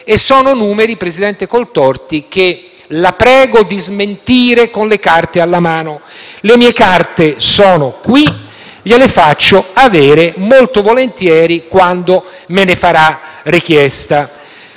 sono numeri, presidente Coltorti, che la prego di smentire con le carte alla mano; le mie carte sono qui e gliele farò avere molto volentieri, quando me ne farà richiesta.